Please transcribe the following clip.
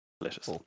Delicious